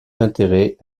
intérêt